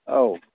औ